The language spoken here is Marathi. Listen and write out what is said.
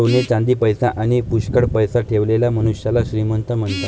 सोने चांदी, पैसा आणी पुष्कळ पैसा ठेवलेल्या मनुष्याला श्रीमंत म्हणतात